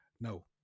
no